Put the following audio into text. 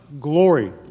Glory